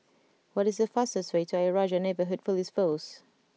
what is the fastest way to Ayer Rajah Neighbourhood Police Post